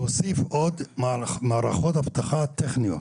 להוסיף עוד מערכות אבטחה טכניות,